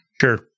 Sure